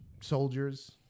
soldiers